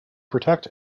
protect